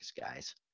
guys